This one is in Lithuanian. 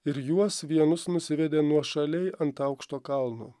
ir juos vienus nusivedė nuošaliai ant aukšto kalno